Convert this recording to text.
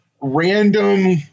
random